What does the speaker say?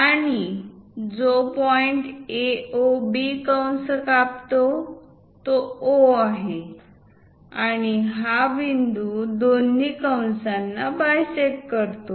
आणि जो point AO B कंस कापतो तो O आहे आणि हा बिंदू दोन्ही कंसांना बायसेक्ट करतो